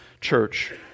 church